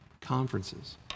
conferences